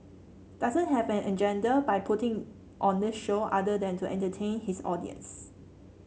doesn't have an agenda by putting on this show other than to entertain his audience